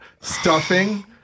Stuffing